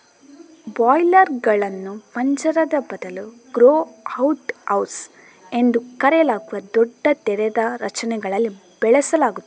ಬ್ರಾಯ್ಲರುಗಳನ್ನು ಪಂಜರದ ಬದಲು grow out house ಎಂದು ಕರೆಯಲಾಗುವ ದೊಡ್ಡ ತೆರೆದ ರಚನೆಗಳಲ್ಲಿ ಬೆಳೆಸಲಾಗುತ್ತದೆ